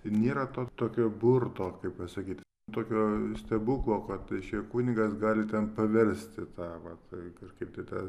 nėra to tokio burto kaip pasakyt tokio stebuklo kad reiškia kunigas gali ten paversti tą vat kažkaip tai tą